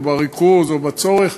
או לפגוע בריכוז או בצורך,